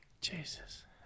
Jesus